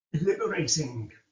liberating